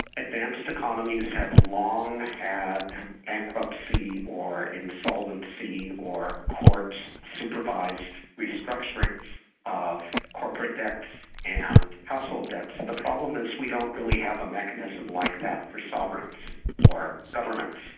advanced economies have long had bankruptcy or insolvency or court supervised restructurings of corporate debts and household debts. the problem is we don't really have a mechanism like that for sovereigns or governments.